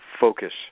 focus